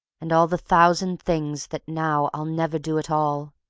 and all the thousand things that now i'll never do at all.